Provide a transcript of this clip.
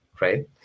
right